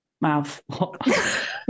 mouth